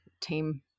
team